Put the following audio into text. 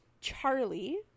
Charlie